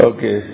Okay